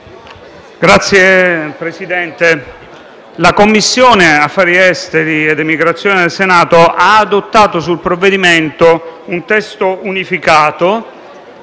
la Commissione affari esteri ed emigrazione del Senato ha adottato sul provvedimento un testo unificato